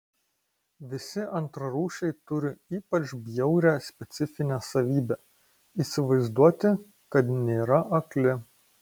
visi antrarūšiai turi ypač bjaurią specifinę savybę įsivaizduoti kad nėra akli